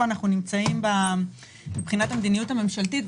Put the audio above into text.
אנחנו נמצאים מבחינת המדיניות הממשלתית.